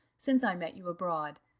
since i met you abroad.